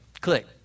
Click